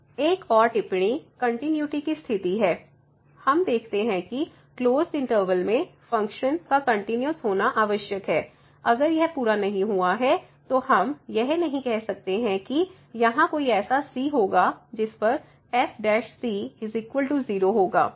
एक और टिप्पणी कंटिन्यूटी की स्थिति है हम देखते हैं कि क्लोसड इंटरवल में फंक्शन का कंटिन्यूस होना आवश्यक है अगर यह पूरा नहीं हुआ है तो हम यह नहीं कह सकते हैं कि यहाँ कोई ऐसा c होगा जिस पर f 0 होगा